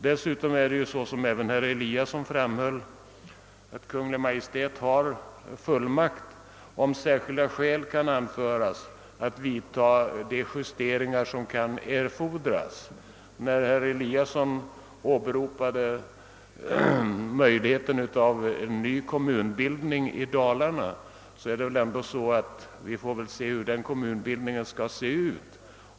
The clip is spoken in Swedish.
Såsom även herr Eliasson i Sundborn framhöll har Kungl. Maj:t också fullmakt att vidta de justeringar som kan erfordras om särskilda skäl kan anföras. När herr Eliasson i Sundborn åberopar möjligheterna till en ny kommunbildning i Dalarna, måste jag säga att vi väl ändå får se hur kommunbildningen skall se ut.